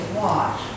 watch